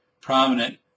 prominent